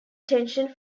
tension